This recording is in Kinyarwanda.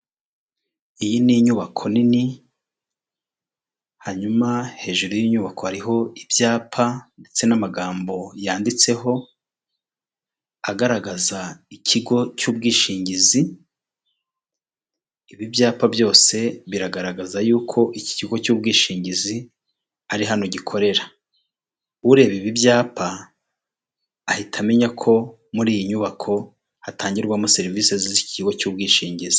Iyi ni inyubako nini, hanyuma hejuru y'inyubako hariho ibyapa ndetse n'amagambo yanditseho, agaragaza ikigo cy'ubwishingizi, ibi byapa byose biragaragaza yuko iki kigo cy'ubwishingizi ari hano gikorera. Ureba ibi byapa ahita amenya ko muri iyi nyubako hatangirwamo serivisi z'ikigo cy'ubwishingizi.